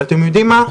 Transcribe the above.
אבל אתם יודעים מה?